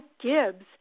Gibbs